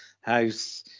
House